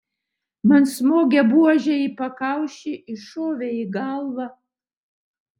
man smogė buože į pakaušį iššovė į galvą